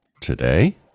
today